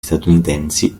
statunitensi